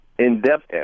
in-depth